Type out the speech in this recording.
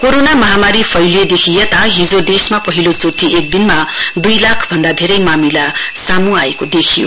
corona महामारी फैलिएदेखि यताहिजो देशमा पहिलोचोटि एकदिनमा दुई लाख भन्दा धेरै मामिला सामू आएको देखियो